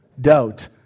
Doubt